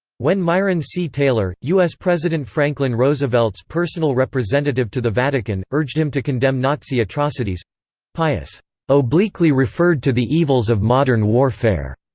when myron c. taylor, us president franklin roosevelt's personal representative to the vatican, urged him to condemn nazi atrocities pius obliquely referred to the evils of modern warfare,